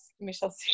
Michelle